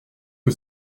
que